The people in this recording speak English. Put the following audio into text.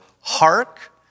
Hark